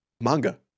manga